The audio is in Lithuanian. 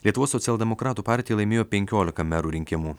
lietuvos socialdemokratų partija laimėjo penkiolika merų rinkimų